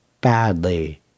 badly